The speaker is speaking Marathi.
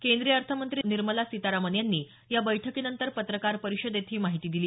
केंद्रीय अर्थमंत्री निर्मला सीतारामन यांनी या बैठकीनंतर पत्रकार परिषदेत ही माहिती दिली